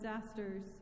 disasters